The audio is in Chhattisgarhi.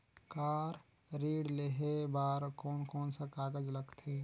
कार ऋण लेहे बार कोन कोन सा कागज़ लगथे?